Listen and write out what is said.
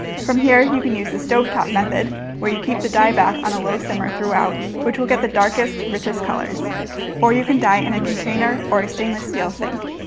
from here you can use the stove top method where you keep the dye bath on a low simmer throughout which will get the darkest richest colors or you can dye in a container or a stainless steel sink.